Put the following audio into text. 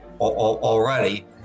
already